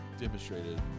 Demonstrated